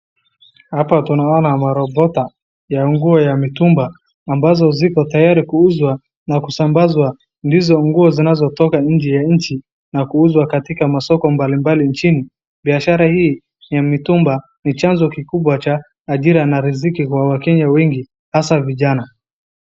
Hapa tunaoana marobota ya nguo za mitumba ambazo ziko tayari kuuzwa na kusambazwa. Ndizo hutoka njee ya nchi na kuuzwa katika masoko mbalimbali nchini , biashara hii ya mitumba ni chanzo kikuu cha riziki na ajira ya vijana wengi nchini hasaa vijana.